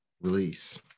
release